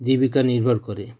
জীবিকা নির্ভর করে